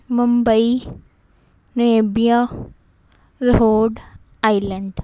ਮੁੰਬਈ ਨੀਬੀਆ road island